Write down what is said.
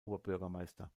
oberbürgermeister